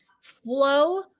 flow